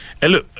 Hello